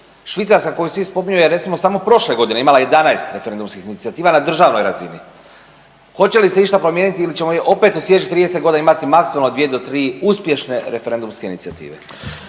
Švicarska koju svi spominju je recimo samo prošle godine imala 11 referendumskih inicijativa na državnoj razini. Hoće li se išta promijeniti ili ćemo opet u sljedećih 30 godina imati maksimalno dvije do tri uspješne referendumske inicijative?